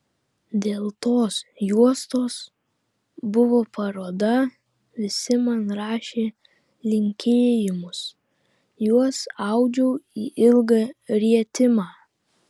dėl tos juostos buvo paroda visi man rašė linkėjimus juos audžiau į ilgą rietimą